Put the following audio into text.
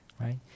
right